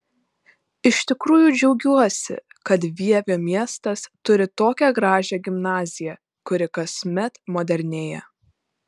iš tikrųjų džiaugiuosi kad vievio miestas turi tokią gražią gimnaziją kuri kasmet modernėja